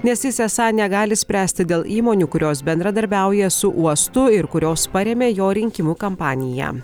nes jis esą negali spręsti dėl įmonių kurios bendradarbiauja su uostu ir kurios parėmė jo rinkimų kampaniją